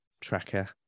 tracker